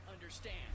understand